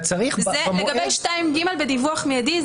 לגבי 2ג בדיווח מידי,